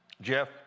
Jeff